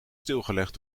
stilgelegd